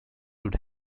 would